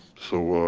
so